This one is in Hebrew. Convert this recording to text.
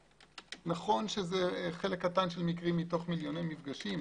נכון שזה חלק קטן של מקרים מתוך מיליוני מפגשים,